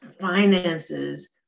finances